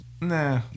Nah